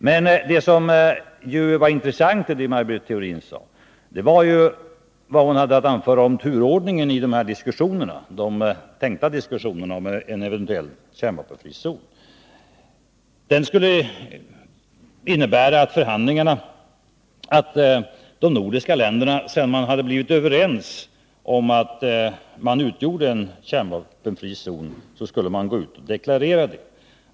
Men det som var intressant i det Maj Britt Theorin sade var ju vad hon hade att anföra om turordningen i de tänkta diskussionerna om en eventuell kärnvapenfri zon. Det skulle innebära att de nordiska länderna, sedan man hade blivit överens om att man utgjorde en kärnvapenfri zon, skulle gå ut och deklarera detta.